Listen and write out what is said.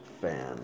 fan